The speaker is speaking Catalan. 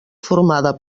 formada